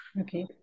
Okay